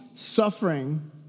Suffering